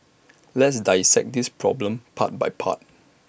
let's dissect this problem part by part